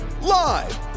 live